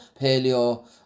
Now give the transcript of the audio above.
paleo